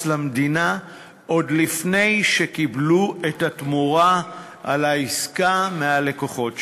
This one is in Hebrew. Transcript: למדינה עוד לפני שקיבלו את התמורה על העסקה מהלקוחות שלהם.